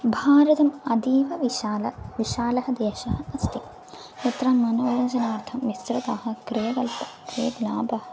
भारतम् अतीवविशालः विशालः देशः अस्ति यत्र मनोरञ्जनार्थं विस्तृतः क्रियाकलापः क्रियत् लाभः